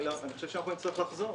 אני חושב שנצטרך לחזור